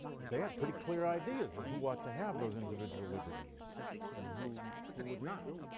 they had pretty clear ideas of who ought to have those individual liberties and who who would not,